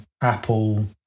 Apple